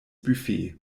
buffet